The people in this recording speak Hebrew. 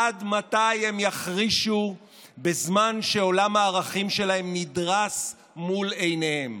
עד מתי הם יחרישו בזמן שעולם הערכים שלהם נדרס מול עיניהם?